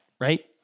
right